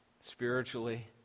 spiritually